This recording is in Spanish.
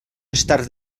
estar